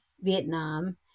Vietnam